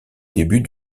début